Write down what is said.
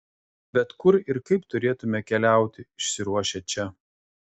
bet kur ir kaip turėtumėte keliauti išsiruošę čia